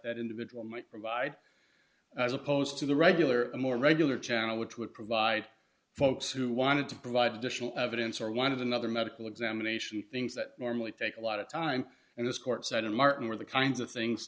that individual might provide as opposed to the regular a more regular channel which would provide folks who wanted to provide additional evidence or one of another medical examination things that normally take a lot of time and this court said and martin were the kinds of things